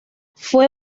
fue